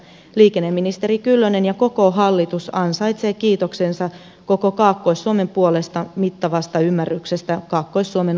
liikenneministeri kyllönen ja koko hallitus ansaitsevat kiitoksensa koko kaakkois suomen puolesta mittavasta ymmärryksestä kaakkois suomen olosuhteille